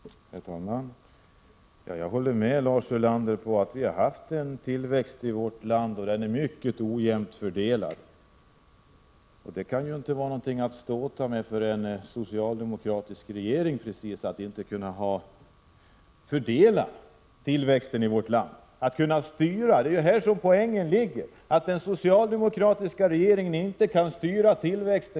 Herr talman! Jag håller med Lars Ulander om att vi har haft en tillväxt i vårt land, men den är mycket ojämnt fördelad. Och det kan inte vara någonting att skryta med för en socialdemokratisk regering att inte ha kunnat fördela tillväxten, att inte ha kunnat styra. Det stora problemet är ju att den — Prot. 1986/87:128 socialdemokratiska regeringen inte kan styra tillväxten.